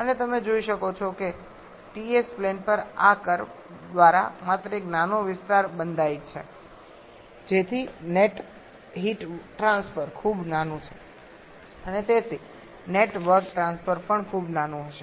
અને તમે જોઈ શકો છો કે Ts પ્લેન પર આ કર્વ દ્વારા માત્ર એક નાનો વિસ્તાર બંધાયેલ છે તેથી નેટ હીટ ટ્રાન્સફર ખૂબ નાનું છે અને તેથી નેટ વર્ક ટ્રાન્સફર પણ ખૂબ નાનું હશે